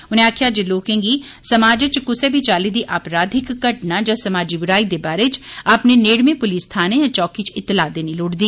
उनें आक्खेया जे लोकें गी समाज च कुसै बी चाली दी अपराधिक घटना या समाजी बुराई दे बारे च अपने नेड़मे पुलस थाने च चौकी च इतलाह देनी लोड़चदी